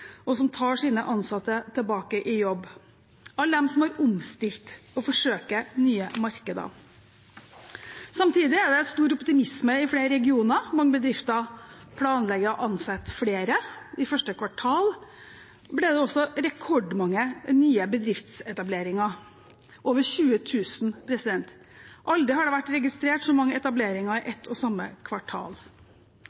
og som nå tar sine ansatte tilbake i jobb, og alle dem som har omstilt seg og forsøker seg på nye markeder. Samtidig er det stor optimisme i flere regioner. Mange bedrifter planlegger å ansette flere. I første kvartal var det også rekordmange nye bedriftsetableringer, over 20 000. Aldri har det vært registrert så mange etableringer